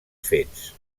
fets